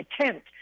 attempt